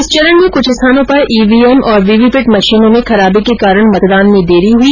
इस चरण में कुछ स्थानों पर ईवीएम और वीवीपैट मशीनों में खराबी के कारण मतदान में देरी हुई